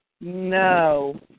No